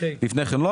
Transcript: ולפני כן לא.